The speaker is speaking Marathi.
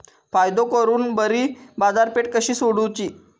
फायदो करून बरी बाजारपेठ कशी सोदुची?